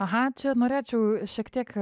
aha čia norėčiau šiek tiek